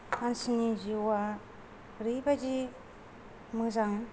मानसिनि जिउआ ओरैबायदि मोजां